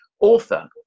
author